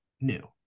new